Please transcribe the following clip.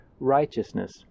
righteousness